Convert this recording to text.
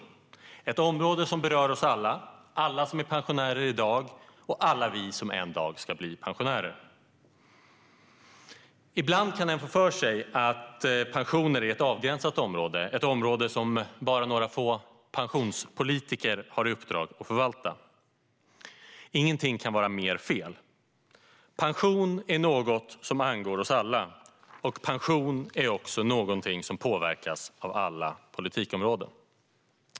Detta är ett område som berör oss alla: alla som är pensionärer i dag och alla vi som en dag ska bli pensionärer. Ibland kan en få för sig att pensioner är ett avgränsat område som bara några få pensionspolitiker har i uppdrag att förvalta. Ingenting kan vara mer fel. Pension angår oss alla och påverkas av alla politikområden.